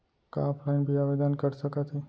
का ऑफलाइन भी आवदेन कर सकत हे?